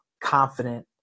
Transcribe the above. confident